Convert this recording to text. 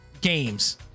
games